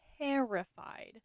terrified